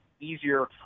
easier